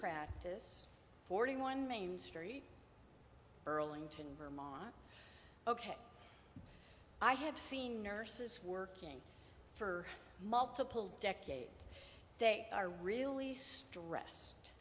practice forty one main street burlington vermont ok i have seen nurses working for multiple decades they are really dress